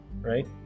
Right